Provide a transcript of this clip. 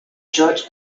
judge